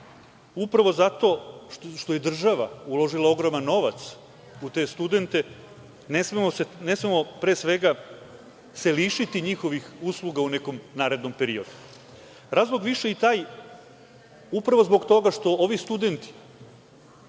upravo zato što je država uložila ogroman novac u te studente ne smemo, pre svega, lišiti njihovih usluga u nekom narednom periodu. Razlog više je i taj, upravo zbog toga što ovi studenti